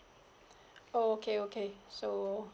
oh okay okay so